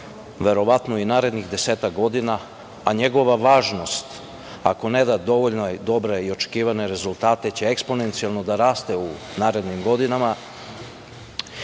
verovatno i narednih desetak godina, a njegova važnost ako ne da dovoljno dobre i očekivane rezultate će eksponencijalno da raste u narednim godinama,